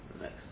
next